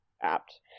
apt